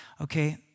okay